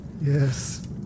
yes